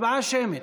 הצבעה שמית.